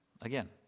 Again